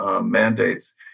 Mandates